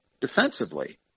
defensively